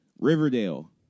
Riverdale